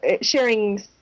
sharing